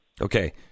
Okay